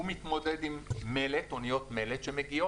זה בגלל שהוא מתמודד עם אוניות מלט שמגיעות,